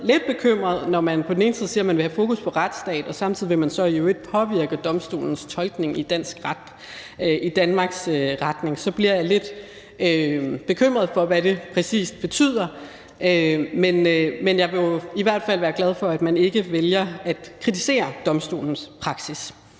lidt bekymret, når man på den ene side siger, at man vil have fokus på retsstaten, og samtidig vil man så i øvrigt påvirke domstolens tolkning i Danmarks retning. Så bliver jeg lidt bekymret for, hvad det præcis betyder, men jeg vil i hvert fald være glad for, at man ikke vælger at kritisere domstolens praksis.